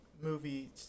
movie